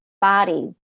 body